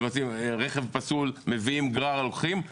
מוצאים רכב פסול ואז מביאים גרר ולוקחים.